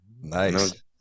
Nice